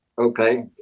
okay